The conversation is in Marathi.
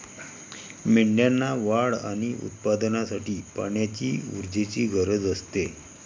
मेंढ्यांना वाढ आणि उत्पादनासाठी पाण्याची ऊर्जेची गरज असते